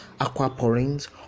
aquaporins